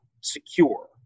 secure